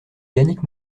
yannick